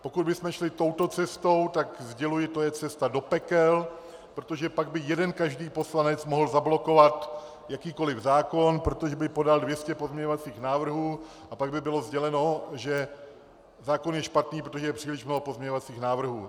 Pokud bychom šli touto cestou, tak sděluji: To je cesta do pekel, protože pak by jeden každý poslanec mohl zablokovat jakýkoli zákon, protože by podal 200 pozměňovacích návrhů, a pak by bylo sděleno, že zákon je špatný, protože je příliš mnoho pozměňovacích návrhů.